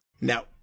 no